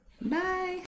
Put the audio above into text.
Bye